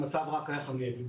המצב רק יחמיר.